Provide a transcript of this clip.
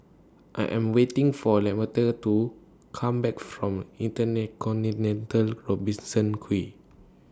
I Am waiting For Lamonte to Come Back from Robertson Quay